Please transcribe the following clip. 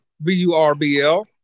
V-U-R-B-L